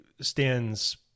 stands